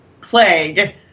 plague